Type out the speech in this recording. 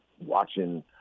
watching